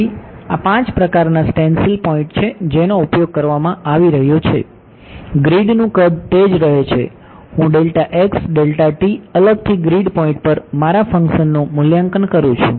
તેથી આ પાંચ પ્રકારના સ્ટેન્સિલ પોઈન્ટ છે જેનો ઉપયોગ કરવામાં આવી રહ્યો છે ગ્રીડનું કદ તે જ રહે છે હું અલગથી ગ્રીડ પોઇન્ટ પર મારા ફંક્શનનું મૂલ્યાંકન કરું છું